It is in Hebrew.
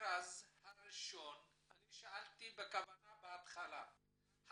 שאלתי בכוונה בהתחלה,